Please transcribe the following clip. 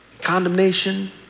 condemnation